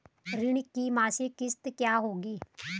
ऋण की मासिक किश्त क्या होगी?